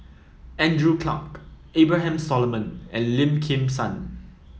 Andrew Clarke Abraham Solomon and Lim Kim San